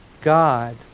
God